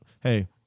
hey